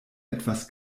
etwas